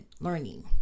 learning